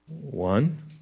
One